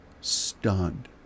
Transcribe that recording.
stunned